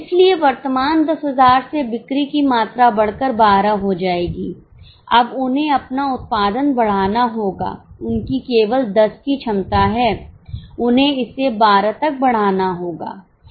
इसलिए वर्तमान 10000 से बिक्री की मात्रा बढ़कर 12 हो जाएगी अब उन्हें अपना उत्पादन बढ़ाना होगा उनकी केवल 10 की क्षमता है उन्हें इसे 12 तक बढ़ाना होगा